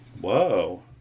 Whoa